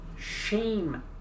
shame